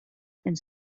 and